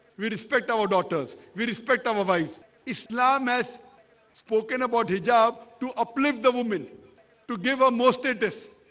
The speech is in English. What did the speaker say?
we respect our daughters. we respect our vice islam has spoken about a job to uplift the woman to give her most dentists